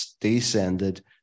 descended